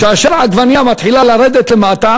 כאשר מחיר העגבנייה מתחיל לרדת למטה